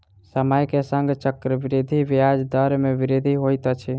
समय के संग चक्रवृद्धि ब्याज दर मे वृद्धि होइत अछि